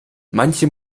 manche